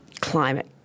climate